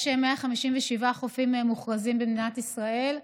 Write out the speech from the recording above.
יש 157 חופים מוכרזים במדינת ישראל.